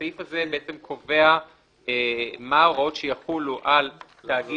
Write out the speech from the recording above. הסעיף הזה בעצם קובע מה ההוראות שיחולו על תאגיד